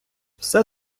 все